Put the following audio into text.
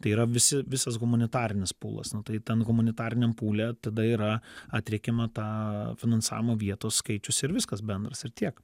tai yra visi visas humanitarinis pūlas nu tai tam humanitariniam pūle tada yra atriekiama ta finansavimo vietos skaičius ir viskas bendras ir tiek